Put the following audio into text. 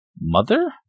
mother